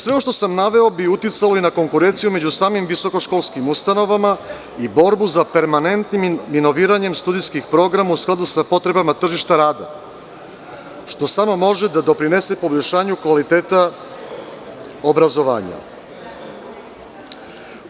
Sve ovo što sam naveo bi uticalo na konkurenciju u samim visoko školskim ustanovama i borbu za permanentni inoviranjem studijskih programa u skladu sa potrebama tržišta rada, što samo može da doprinese poboljšanju kvaliteta obrazovanja.